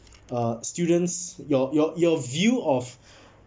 uh students your your your view of